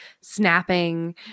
snapping